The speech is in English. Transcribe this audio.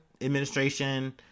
administration